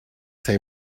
say